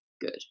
good